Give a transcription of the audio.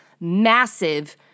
massive